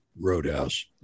roadhouse